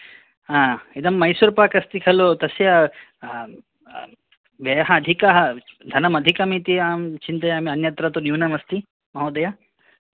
इदं मैसूरपाक् अस्ति खलु तस्य व्ययः अधिकः धनं अधिकम् इति अहं चिन्तयामि अन्यत्र तु न्यूनम् अस्ति महोदय